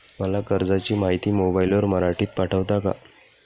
मला कर्जाची माहिती मोबाईलवर मराठीत पाठवता का?